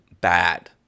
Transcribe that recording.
bad